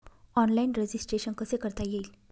Online registration कसे करता येईल?